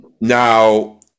now